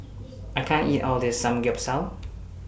I can't eat All of This Samgeyopsal